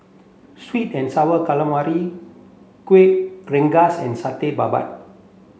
sweet and sour calamari Kueh Rengas and Satay Babat